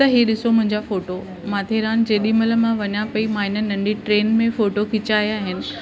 त इहे ॾिसो मुंहिंजा फ़ोटो माथेरान जेॾी महिल मां वञा पेई मां हिन नंढी ट्रेन में फ़ोटो खिचाया आहिनि